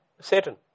Satan